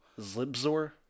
Zlibzor